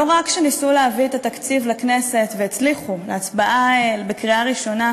לא רק שניסו להביא את התקציב לכנסת והצליחו בהצבעה בקריאה ראשונה,